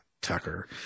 Tucker